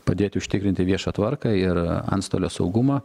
padėti užtikrinti viešą tvarką ir antstolio saugumą